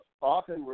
often